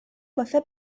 واسه